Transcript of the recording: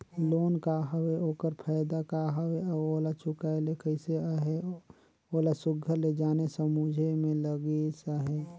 loan का हवे ओकर फएदा का हवे अउ ओला चुकाए ले कइसे अहे ओला सुग्घर ले जाने समुझे में लगिस अहे